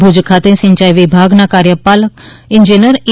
ભુજ ખાતે સિંચાઇ વિભાગના કાર્યપાલક ઈજનેર એ